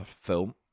film